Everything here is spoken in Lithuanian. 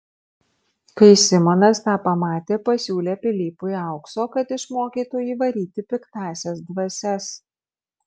kai simonas tą pamatė pasiūlė pilypui aukso kad išmokytų jį varyti piktąsias dvasias